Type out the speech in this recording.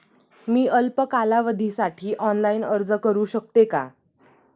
मी अल्प कालावधीसाठी ऑनलाइन अर्ज करू शकते का?